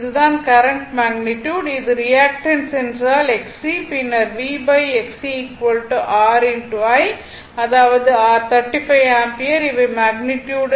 இதுதான் current magnitude இது reactance என்றால் xc பின்னர் V xc r I அதாவது r 35 ஆம்பியர் இவை மேக்னிட்யுட்